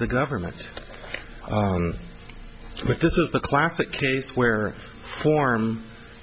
the government but this is the classic case where form